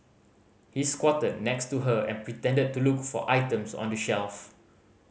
he squatted next to her and pretended to look for items on the shelf